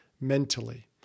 mentally